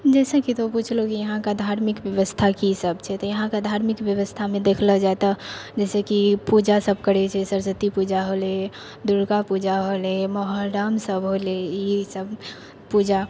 जेसे कि तऽ कुछ लोग इहाँ के धार्मिक व्यवस्था की सभ छै तऽ इहाँके धार्मिक व्यवस्थामे देखलौ जाइ तऽ जैसे कि पूजा सभ करै छै सरसत्ती पूजा होले दुर्गा पूजा होले मोहरम्म सभ होले ई सभ पूजा